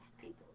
people